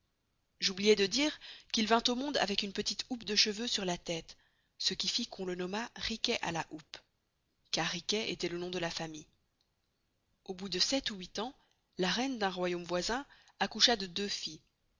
j'oubliois de dire qu'il vint au monde avec une petite houppe de cheveux sur la teste ce qui fit qu'on le nomma riquet à la houppe car riquet estoit le nom de la famille au bout de sept ou huit ans la reine d'un royaume voisin accoucha de deux filles